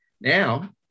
Now